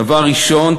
דבר ראשון,